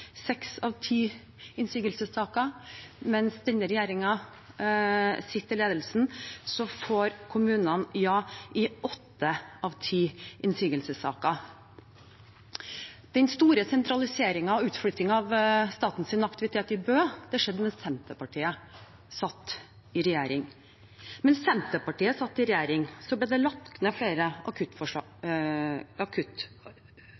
seks av ti innsigelsessaker. Under denne regjeringens ledelse får kommunene ja i åtte av ti innsigelsessaker. Den store sentraliseringen og utflyttingen av statens aktivitet i Bø skjedde mens Senterpartiet satt i regjering. Mens Senterpartiet satt i regjering, ble det lagt ned flere